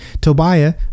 Tobiah